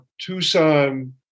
Tucson